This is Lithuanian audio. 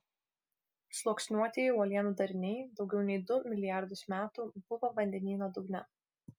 sluoksniuotieji uolienų dariniai daugiau nei du milijardus metų buvo vandenyno dugne